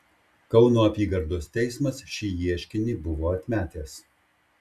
kauno apygardos teismas šį ieškinį buvo atmetęs